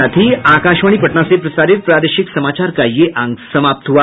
इसके साथ ही आकाशवाणी पटना से प्रसारित प्रादेशिक समाचार का ये अंक समाप्त हुआ